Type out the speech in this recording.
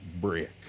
brick